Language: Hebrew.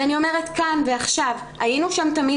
אני אומרת כאן ועכשיו שהיינו שם תמיד